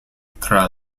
tra